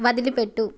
వదిలిపెట్టు